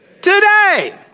today